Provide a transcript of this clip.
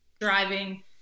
driving